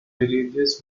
religious